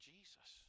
Jesus